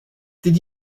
did